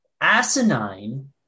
asinine